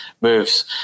moves